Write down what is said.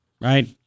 right